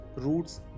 roots